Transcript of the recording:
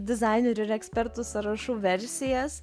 dizainerių ir ekspertų sąrašų versijas